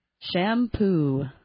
Shampoo